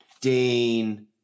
Dane